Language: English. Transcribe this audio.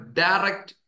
direct